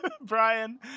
brian